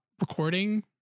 recording